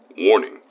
Warning